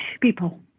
people